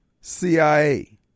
CIA